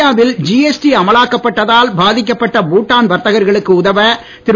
India வில் GST அமலாக்கப் பட்டதால் பாதிக்கப்பட்ட பூடான் வர்த்தகர்களுக்கு உதவ திரு